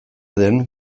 den